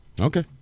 Okay